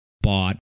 bought